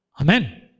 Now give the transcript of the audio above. Amen